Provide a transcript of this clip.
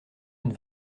une